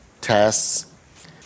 tests